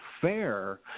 fair